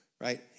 right